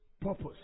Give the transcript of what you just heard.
purpose